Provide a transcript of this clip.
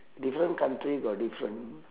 different country got different